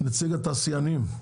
נציג התעשיינים.